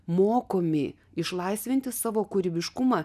mokomi išlaisvinti savo kūrybiškumą